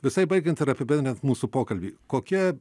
visai baigiant ir apibendrinant mūsų pokalbį kokie